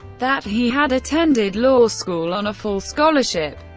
that he had attended law school on a full scholarship,